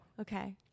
Okay